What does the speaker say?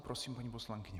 Prosím, paní poslankyně.